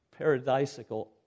paradisical